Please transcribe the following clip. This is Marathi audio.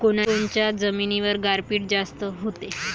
कोनच्या जमिनीवर गारपीट जास्त व्हते?